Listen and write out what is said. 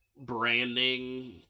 branding